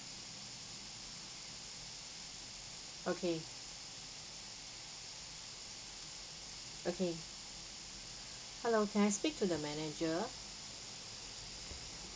okay okay hello can I speak to the manager